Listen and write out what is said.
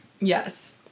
Yes